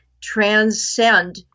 transcend